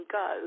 go